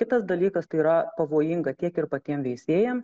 kitas dalykas tai yra pavojinga tiek ir patiem veisėjam